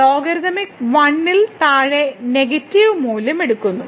logarithmic 1 ൽ താഴെ negative മൂല്യം എടുക്കുന്നു